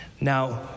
Now